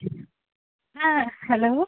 hello